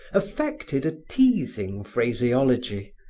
affected a teasing phraseology,